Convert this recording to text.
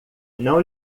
não